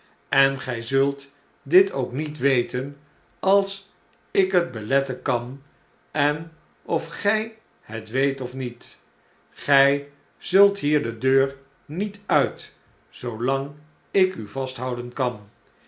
en gij zult dit ook niet weten als ik het beletten kan en of gij het weet of niet gij zult hier de deur niet uit zoolang ik u vasthouden kan